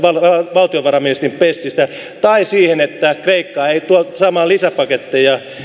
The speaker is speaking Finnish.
valtiovarainministerin pestistä käsin eun jäsenmaksujen puolittamiseen tai siihen että kreikka ei tule saamaan lisäpaketteja